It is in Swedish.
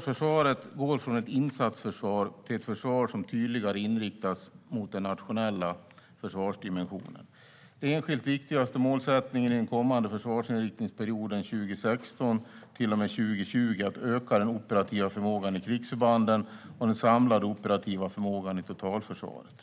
Försvaret går från ett insatsförsvar till ett försvar som tydligare inriktas mot den nationella försvarsdimensionen. Den enskilt viktigaste målsättningen i den kommande försvarsinriktningsperioden 2016 till och med 2020 är att öka den operativa förmågan i krigsförbanden och den samlade operativa förmågan i totalförsvaret.